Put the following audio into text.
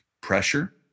pressure